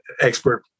expert